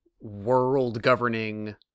world-governing